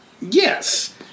yes